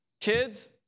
Kids